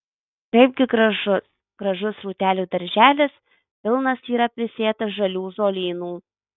kaipgi gražus gražus rūtelių darželis pilnas yra prisėtas žalių žolynų